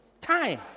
Time